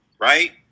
right